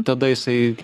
tada jisai